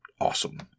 awesome